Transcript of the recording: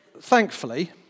thankfully